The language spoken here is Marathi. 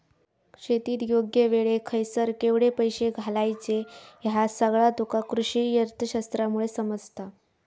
शेतीत योग्य वेळेक खयसर केवढे पैशे घालायचे ह्या सगळा तुका कृषीअर्थशास्त्रामुळे समजता